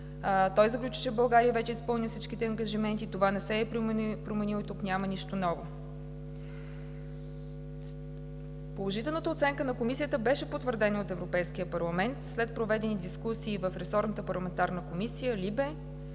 Той заключи, че България вече е изпълнила всичките ангажименти. Това не се е променило, тук няма нищо ново. Положителната оценка на Комисията беше потвърдена и от Европейския парламент след проведени дискусии в ресорната парламентарна комисия LIBE.